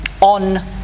on